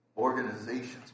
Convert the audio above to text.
Organizations